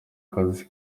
kazi